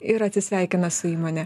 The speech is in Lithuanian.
ir atsisveikina su įmone